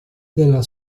della